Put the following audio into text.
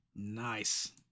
Nice